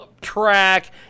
track